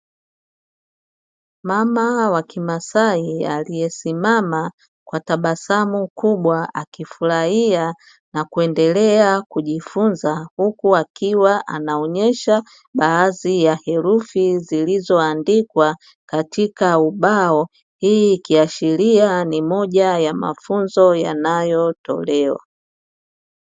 Mama wa kimasai, aliyesimama kwa tabasamu kubwa, akifurahia na kuendelea kujifunza, huku akiwa anaonyesha baadhi ya herufi zilizoandikwa katika ubao. Hii ikiashiria ni moja ya mafunzo yanayotolewa.